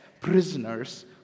prisoners